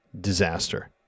disaster